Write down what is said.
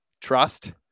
Trust